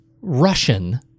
Russian